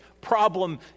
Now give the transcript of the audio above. problem